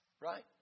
Right